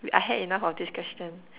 wait I had enough of this question